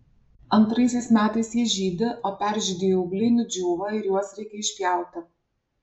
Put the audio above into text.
antraisiais metais jie žydi o peržydėję ūgliai nudžiūva ir juos reikia išpjauti